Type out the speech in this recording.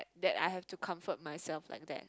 that I have to comfort myself like that